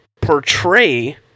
portray